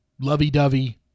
lovey-dovey